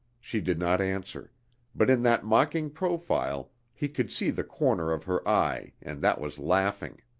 she did not answer but in that mocking profile he could see the corner of her eye and that was laughing.